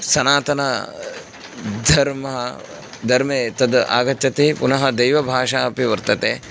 सनातनधर्मे धर्मे तद् आगच्छति पुनः देवभाषा अपि वर्तते